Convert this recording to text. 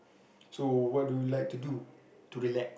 so what do you like to do to relax